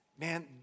man